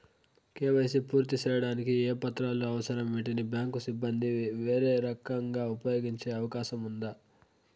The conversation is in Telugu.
కే.వై.సి పూర్తి సేయడానికి ఏ పత్రాలు అవసరం, వీటిని బ్యాంకు సిబ్బంది వేరే రకంగా ఉపయోగించే అవకాశం ఉందా?